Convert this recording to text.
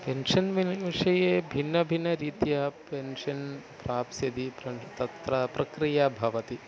pension money विषये भिन्नभिन्नरीत्या pension प्राप्स्यति प्रन् तत्र प्रक्रिया भवति